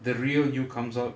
the real you comes out